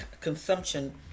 consumption